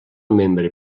membre